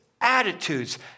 attitudes